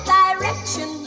direction